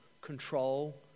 control